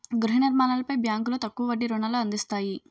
గృహ నిర్మాణాలపై బ్యాంకులో తక్కువ వడ్డీ రుణాలు అందిస్తాయి